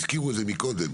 הזכירו את זה קודם,